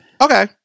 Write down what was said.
Okay